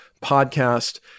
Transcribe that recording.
podcast